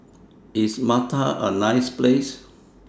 IS Malta A nice Place